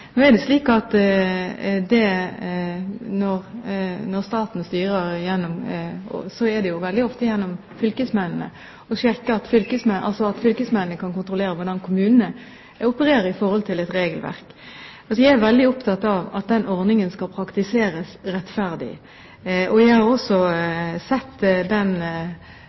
Når staten styrer, gjøres jo det veldig ofte gjennom fylkesmennene – fylkesmennene kan kontrollere hvordan kommunene opererer i forhold til et regelverk. Jeg er veldig opptatt av at den ordningen skal praktiseres rettferdig. Jeg har også sett